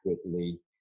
accurately